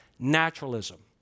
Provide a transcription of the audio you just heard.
naturalism